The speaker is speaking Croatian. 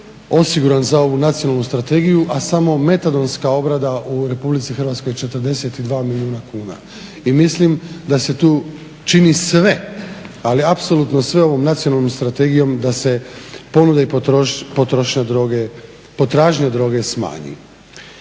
osiguran za ovu nacionalnu strategiju, a samo metadonska obrada u Republici Hrvatskoj 42 milijuna kuna, i mislim da se tu čini sve, ali apsolutno sve ovom nacionalnom strategijom da se ponuda i potrošnja droge,